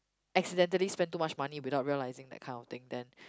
accidentally spend too much money without realising that kind of thing then